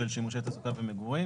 "שימושי מגורים